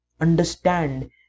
understand